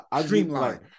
Streamline